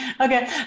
Okay